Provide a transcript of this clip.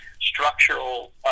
structural